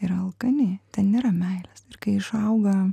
yra alkani ten nėra meilės ir kai išauga